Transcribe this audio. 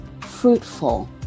fruitful